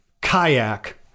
kayak